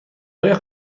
آیا